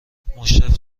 مشرف